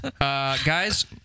guys